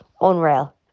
unreal